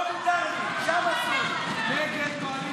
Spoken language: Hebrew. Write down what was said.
תודה רבה לחבר הכנסת רון כץ.